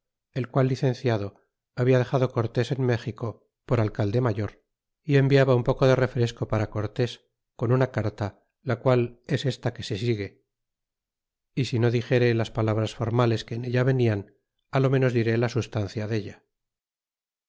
el qual licenciado habla dexado cortés en méxico por al calde mayor y enviaba un poco de refresco para cortés con una carta la qual es esta que se signe y si no dixere las palabras formales que en ella venian á lo menos diré la sustancia della